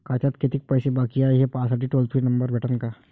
खात्यात कितीकं पैसे बाकी हाय, हे पाहासाठी टोल फ्री नंबर भेटन का?